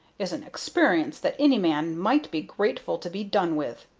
is an experience that any man might be grateful to be done with.